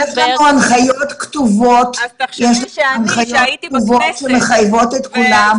יש לנו הנחיות כתובות שמחייבות את כולם.